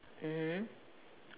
mmhmm